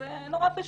זה מאוד פשוט.